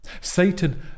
Satan